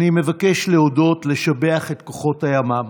להודות ולשבח את כוחות הימ"מ,